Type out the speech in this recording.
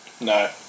No